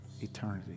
eternity